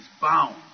bound